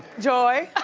joy?